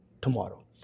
tomorrow